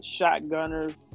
Shotgunners